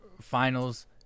Finals